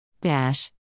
Dash